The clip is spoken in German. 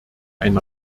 ein